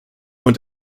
und